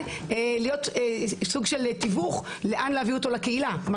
ולהיות סוג של תיווך לאן להביא אותו לקהילה.